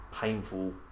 painful